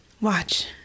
Watch